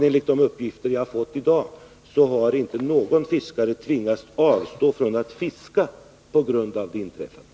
Enligt uppgift som jag har fått i dag har inte någon fiskare tvingats avstå från att fiska på grund av det inträffade.